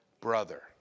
brother